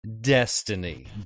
destiny